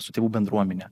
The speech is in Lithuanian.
su tėvų bendruomene